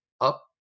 up